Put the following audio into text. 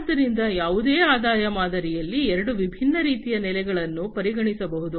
ಆದ್ದರಿಂದ ಯಾವುದೇ ಆದಾಯ ಮಾದರಿಯಲ್ಲಿ ಎರಡು ವಿಭಿನ್ನ ರೀತಿಯ ಬೆಲೆಗಳನ್ನು ಪರಿಗಣಿಸಬಹುದು